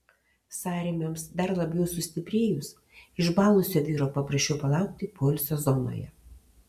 sąrėmiams dar labiau sustiprėjus išbalusio vyro paprašiau palaukti poilsio zonoje